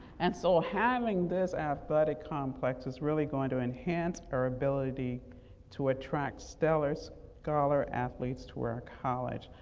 and so, having this athletic complex is really going to enhance our ability to attract stellar so scholar athletes to our college.